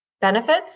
benefits